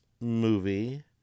movie